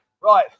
Right